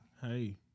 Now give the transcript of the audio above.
hey